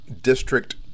District